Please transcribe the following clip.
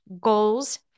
goals